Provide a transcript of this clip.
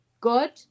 Good